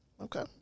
Okay